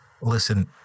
listen